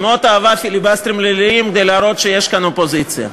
שמאוד אהבה פיליבסטרים ליליים כדי להראות שיש כאן אופוזיציה.